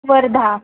Wardha